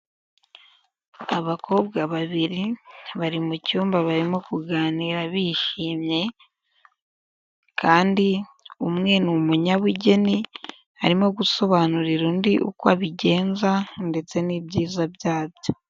Abakobwa babiri bari mu cyumba barimo kuganira bishimye, kandi umwe ni umunyabugeni arimo gusobanurira undi uko abigenza ndetse n'ibyiza byabyo.